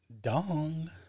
Dong